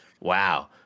wow